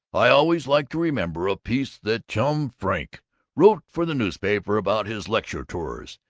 i always like to remember a piece that chum frink wrote for the newspapers about his lecture-tours.